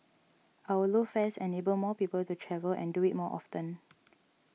our low fares enable more people to travel and do it more often